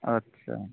आच्चा